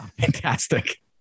fantastic